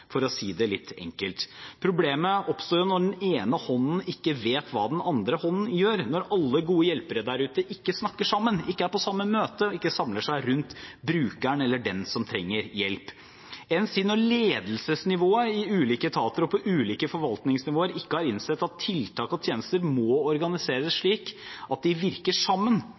for å si det litt enkelt. Problemet oppstår når den ene hånden ikke vet hva den andre hånden gjør, når alle gode hjelpere der ute ikke snakker sammen, ikke er på samme møte og ikke samler seg rundt brukeren eller den som trenger hjelp – enn si når ledelsesnivået i ulike etater og på ulike forvaltningsnivåer ikke har innsett at tiltak og tjenester må organiseres